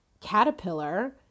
caterpillar